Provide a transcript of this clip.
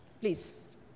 Please